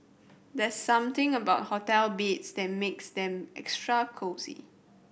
there's something about hotel beds that makes them extra cosy